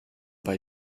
bei